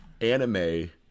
anime